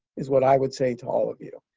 is what i would say to all of you.